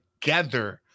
together